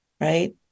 right